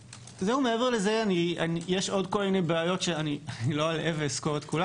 מעבר לזה יש עוד כל מיני בעיות שאני לא אלאה ואזכיר את כולן.